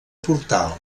portal